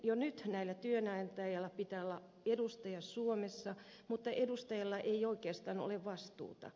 jo nyt näillä työnantajilla pitää olla edustaja suomessa mutta edustajalla ei oikeastaan ole vastuuta